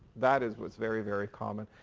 that is what's very, very common.